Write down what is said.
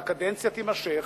והקדנציה תימשך,